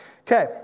Okay